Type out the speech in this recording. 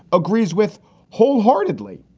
agrees with wholeheartedly,